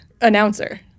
announcer